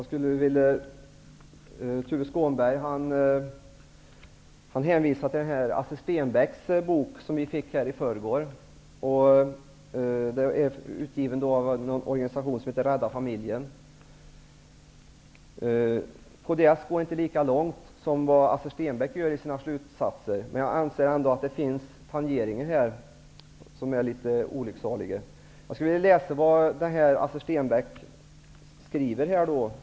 Herr talman! Tuve Skånberg hänvisar till Asser Stenbäcks bok, som vi fick här i förrgår. Den är utgiven av en organisation som heter Rädda familjen. Kds går inte lika långt som Asser Stenbäck gör i sina slutsatser, men jag anser ändå att de tangerar varandra på ett litet olycksaligt sätt. Låt mig något redovisa vad Asser Stenbäck skriver.